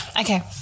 Okay